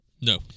No